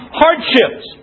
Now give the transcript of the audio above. hardships